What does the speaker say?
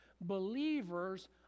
believers